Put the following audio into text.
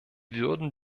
würden